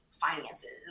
finances